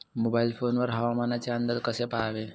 Mobile phone वर हवामानाचे अंदाज कसे पहावे?